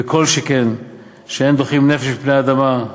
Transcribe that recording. וכל שכן שאין דוחים נפש מפני אדמה,